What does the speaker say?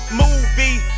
movie